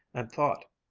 and thought,